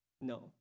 No